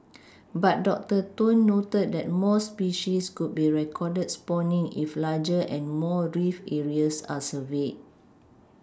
but doctor Tun noted that more species could be recorded spawning if larger and more reef areas are surveyed